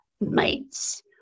mates